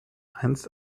einst